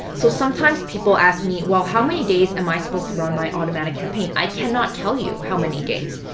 so sometimes people ask me, well, how many days am i supposed to run my automatic campaign? i cannot tell you how many days.